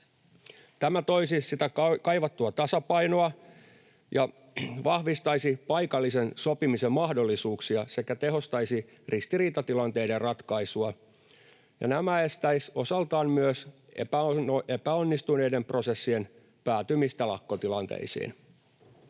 Tämä toisi sitä kaivattua tasapainoa ja vahvistaisi paikallisen sopimisen mahdollisuuksia sekä tehostaisi ristiriitatilanteiden ratkaisua, ja nämä estäisivät osaltaan myös epäonnistuneiden prosessien päätymistä lakkotilanteisiin.